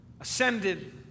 ascended